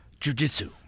jujitsu